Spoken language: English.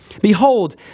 Behold